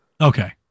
Okay